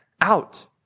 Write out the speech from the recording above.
out